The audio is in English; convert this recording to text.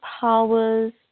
powers